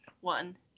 one